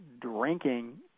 drinking